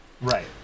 Right